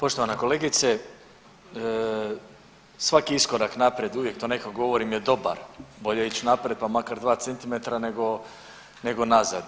Poštovana kolegice, svaki iskorak naprijed uvijek to nekako govorim je dobar, bolje ić naprijed, pa makar 2 cm nego, nego nazad.